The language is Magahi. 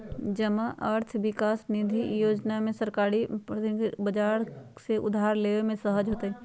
जमा अर्थ विकास निधि जोजना में सरकारी प्राधिकरण के बजार से उधार लेबे में सहज होतइ